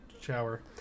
shower